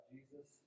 Jesus